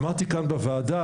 אמרתי כאן בוועדה,